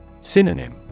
Synonym